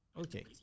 Okay